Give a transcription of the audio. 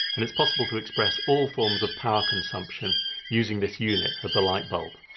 and it's possible to express all forms of power consumption using this unit of the light bulb.